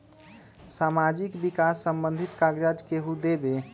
समाजीक विकास संबंधित कागज़ात केहु देबे?